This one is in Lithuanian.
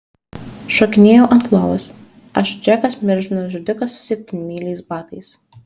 šokinėju ant lovos aš džekas milžino žudikas su septynmyliais batais